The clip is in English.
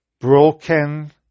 broken